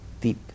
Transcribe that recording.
deep